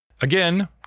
Again